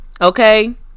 okay